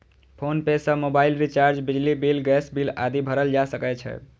PhonePe सं mobile recharge, बिजली bill, gas bill आदि भरल जा सकै छै